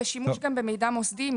ושימוש גם במידע מוסדי,